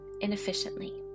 inefficiently